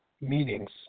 meetings